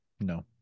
No